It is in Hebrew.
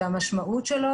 שהמשמעות שלו,